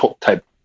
type